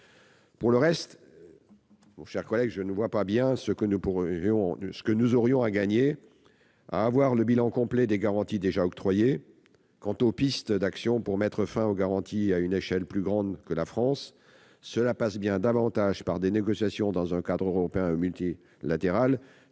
Pour le reste, je ne vois pas ce que nous aurions à gagner à avoir le bilan complet des garanties déjà octroyées. Quant aux pistes d'action pour mettre fin aux garanties à une échelle plus grande que la France, elles passent bien davantage par des négociations dans un cadre européen ou multilatéral